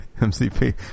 MCP